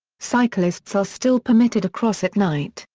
cyclists are still permitted across at night,